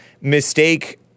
mistake